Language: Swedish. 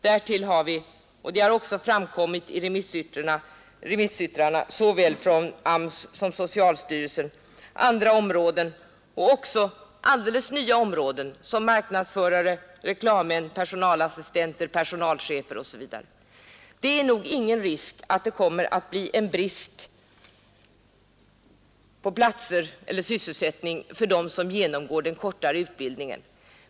Därtill har vi — det har också framkommit i remissyttrandena såväl från AMS som från socialstyrelsen — andra och alldeles nya områden såsom marknadsförare, reklammän, personalassistenter, personalchefer osv. Det är ingen risk att det kommer att bli en brist på platser eller sysselsättning för dem som genomgår den kortare utbildningen.